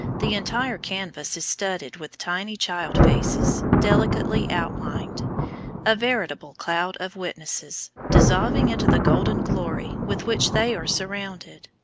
the entire canvas is studded with tiny child faces, delicately outlined a veritable cloud of witnesses, dissolving into the golden glory with which they are surrounded.